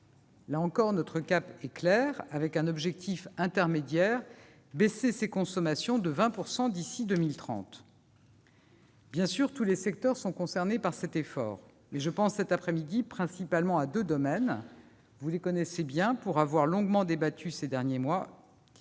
Là encore, notre cap est clair, avec un objectif intermédiaire : baisser ces consommations de 20 % d'ici à 2030. Bien sûr, tous les secteurs sont concernés par cet effort. Toutefois, cet après-midi, je pense principalement à deux domaines, que vous connaissez bien pour en avoir longuement débattu ces derniers mois.